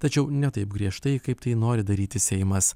tačiau ne taip griežtai kaip tai nori daryti seimas